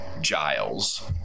Giles